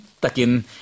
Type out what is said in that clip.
takin